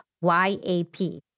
Y-A-P